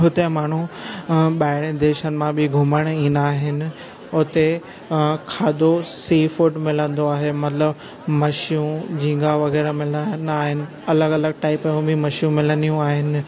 हुते माण्हू ॿाहिरीं देशनि मां बि घुमण ईंदा आहिनि हुते खाधो सी फूड मिलंदो आहे मतिलबु मछियूं झींगा वग़ैरह मिलंदा आहिनि अलगि॒ अलगि॒ टाइप जूं बि मछियूं मिलंदियूं आहिनि